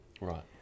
Right